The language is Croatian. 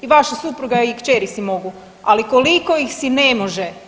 I vaša supruga i kćeri si mogu, ali koliko ih si ne može.